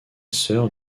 sœur